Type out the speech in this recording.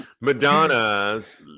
madonna's